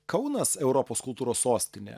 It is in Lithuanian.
kaunas europos kultūros sostinė